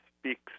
speaks